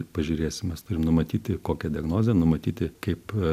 pažiūrėsi mes turim numatyti kokią diagnozę numatyti kaip